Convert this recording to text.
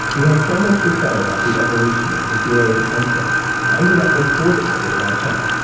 he had so much to say about the evolution of the hero as a concept, i ended up recording a bit of our chat.